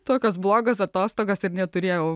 tokios blogos atostogos ir neturėjau